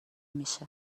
میشه